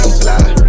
fly